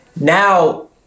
Now